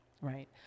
right